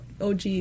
OG